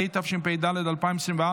התשפ"ד 2024,